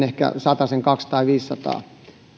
ehkä vain satasen kaksisataa tai viisisataa